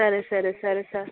సరే సరే సరే సార్